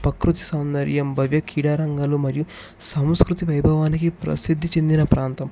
ప్రకృతి సౌందర్యం భవ్య క్రీడారంగాలు మరియు సాంస్కృతి వైభవానికి ప్రసిద్ధి చెందిన ప్రాంతం